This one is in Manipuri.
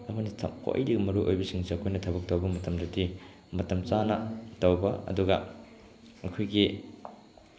ꯑꯃꯅ ꯈ꯭ꯋꯥꯏꯗꯒꯤ ꯃꯔꯨ ꯑꯣꯏꯕꯁꯦ ꯑꯩꯈꯣꯏꯅ ꯊꯕꯛ ꯇꯧꯕ ꯃꯇꯝꯗꯗꯤ ꯃꯇꯝ ꯆꯥꯅ ꯇꯧꯕ ꯑꯗꯨꯒ ꯑꯩꯈꯣꯏꯒꯤ